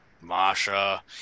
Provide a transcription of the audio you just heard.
Masha